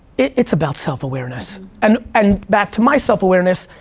it's about self awareness. and and back to my self awareness,